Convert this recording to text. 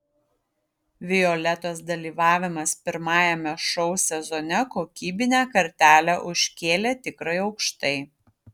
violetos dalyvavimas pirmajame šou sezone kokybinę kartelę užkėlė tikrai aukštai